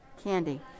Candy